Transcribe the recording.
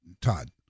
Todd